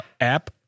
app